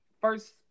first